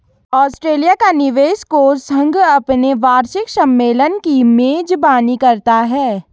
Australia का निवेश कोष संघ अपने वार्षिक सम्मेलन की मेजबानी करता है